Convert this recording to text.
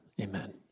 Amen